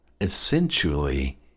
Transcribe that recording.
essentially